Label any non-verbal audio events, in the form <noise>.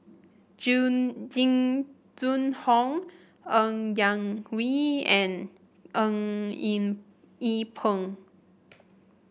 June Jing Jun Hong Ng Yak Whee and Eng <unintelligible> Yee Peng